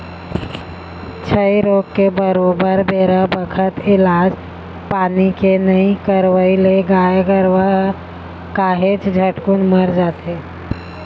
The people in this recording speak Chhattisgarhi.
छई रोग के बरोबर बेरा बखत इलाज पानी के नइ करवई ले गाय गरुवा ह काहेच झटकुन मर जाथे